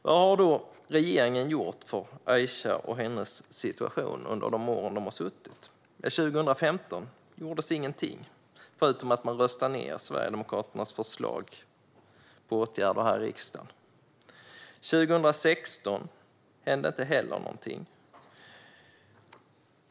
Vad har då regeringen gjort för Aisha och hennes situation under de år som de har suttit vid makten? År 2015 gjordes ingenting, förutom att man röstade ned Sverigedemokraternas förslag till åtgärder här i riksdagen. År 2016 hände inte heller någonting.